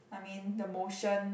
I mean the motion